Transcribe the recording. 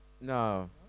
No